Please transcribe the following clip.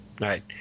Right